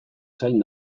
zain